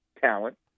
talent